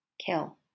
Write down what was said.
Kill